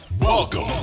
Welcome